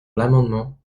l’amendement